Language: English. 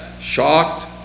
shocked